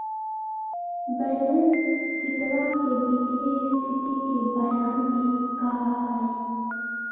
balance शीटवा के वित्तीय स्तिथि के बयान भी कहा हई